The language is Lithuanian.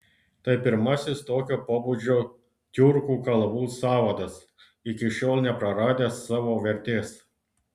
tai pirmasis tokio pobūdžio tiurkų kalbų sąvadas iki šiol nepraradęs savo vertės